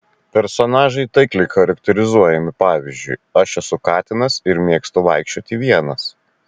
personažai taikliai charakterizuojami pavyzdžiui aš esu katinas ir mėgstu vaikščioti vienas